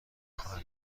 خواهد